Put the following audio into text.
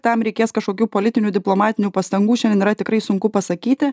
tam reikės kažkokių politinių diplomatinių pastangų šiandien yra tikrai sunku pasakyti